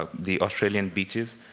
ah the australian beaches.